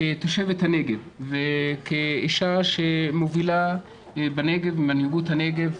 כתושבת הנגב וכאישה שמובילה במנהיגות הנגב,